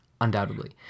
undoubtedly